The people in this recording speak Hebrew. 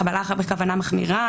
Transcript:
חבלה בכוונה מחמירה,